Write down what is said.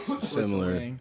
Similar